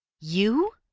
you?